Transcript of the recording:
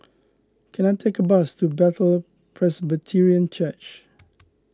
can I take a bus to Bethel Presbyterian Church